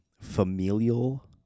Familial